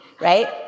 right